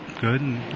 good